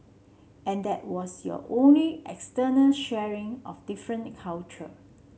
and that was your only external sharing of different culture